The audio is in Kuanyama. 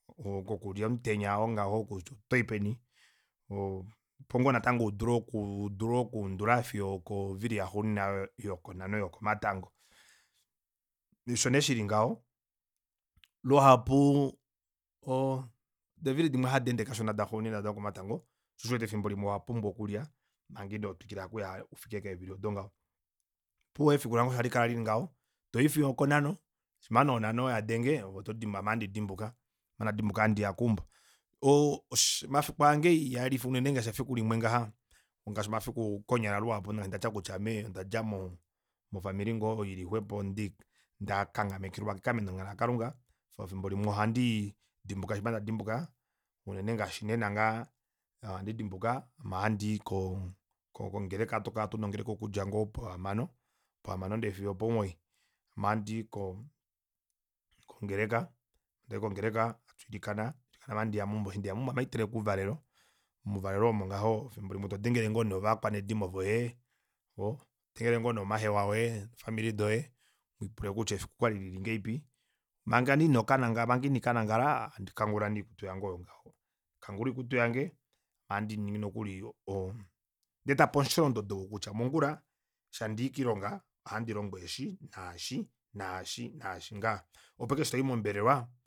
Kokulya omutenya oo ngaho kutya otoyi peni oo opo ngoo natango udule okuu udule okuundula fiyo okovili yaxuuninwa oyo yonhano yokomatango osho nee shili ngaho luhapu eefili dimwe hadeende kashona dokomatango shoosho nee uwete efimbo limwe owapumbwa okulya manga ino twikila ufike keevili odo ngaho opuwo efiku lange osho halikala lilingaho toyi fiyo okonhano shima nee onhano shima nee onanho yadenge ove otodi ame ohadi dimbuka shima ndadimbuka ame ohandiya keumbo oo omafiku aange iha elife unene ngaashi efiku limwe ngaha ngashi omafiku konyala luhapu ngaashi ndati kutya ame ondadja moo mofamili ngoo ili xwepo ndakanghamenekelwa kekanghameno lakalunga omafimbo amwe ohandi dimbuka shima ndadimbuka unene ngaashi nena ngaha ame ohandii kongeleka ongeleka ohatu kala tuna ongeleka okudja ngoo pohamano ohamano ndee fiyo opomuwoyi ame ohandii ko kongeleka eshi tuli mongeleka hatwiilikana ame ohandiya meumbo eshi ndeya meumbo ame ohaiteleke ouvalelo mouvalelo omo ngaho efimbo limwe todengele ngoo nee ovakwanedimo voye ohoo todengele ngoo nee omahewa oye ofamili doye udipule kutya efiku okwali lili ngahelipi manga nee ino kanangala manga iniikanangala ohadi kangula nee oikuty yange oyo ngaho ohadiningi nokuli oo onda etapo omusholondodo wokutya mongula eshi hadii kilonga oha ndilongo eshi naashi naashi naashi ngaha opo ashike eshi toyi mombelewa